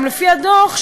גם לפי הדוח,